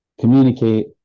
communicate